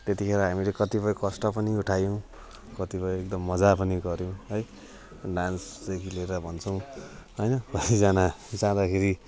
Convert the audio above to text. त्यतिखेरि हामीले कतिपय कष्ट पनि उठायौँ कतिपय एकदम मजा पनि गऱ्यौँ है अनि डान्सदेखी लिएर भन्छौँ होइन कतिजना जाँदाखेरि